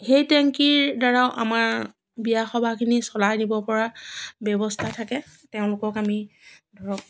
সেই টেংকিৰ দ্বাৰাও আমাৰ বিয়া সবাহখিনি চলাই নিব পৰা ব্যৱস্থা থাকে তেওঁলোকক আমি ধৰক